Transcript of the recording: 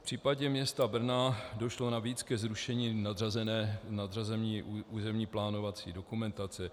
V případě města Brna došlo navíc ke zrušení nadřazené územně plánovací dokumentace.